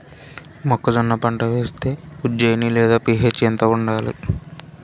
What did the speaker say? మొక్కజొన్న పంట వేస్తే ఉజ్జయని లేదా పి.హెచ్ ఎంత ఉండాలి?